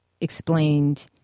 explained